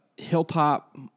Hilltop